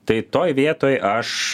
tai toj vietoj aš